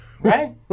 Right